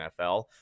NFL